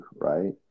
right